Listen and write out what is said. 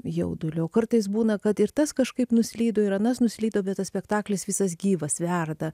jaudulio o kartais būna kad ir tas kažkaip nuslydo ir anas nuslydo bet tas spektaklis visas gyvas verda